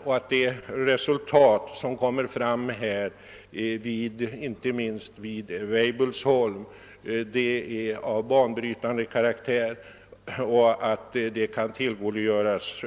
Speciellt resultaten vid Weibullsholm är av banbrytande karaktär och kan utnyttjas